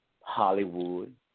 Hollywood